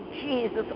Jesus